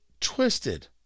twisted